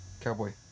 cowboy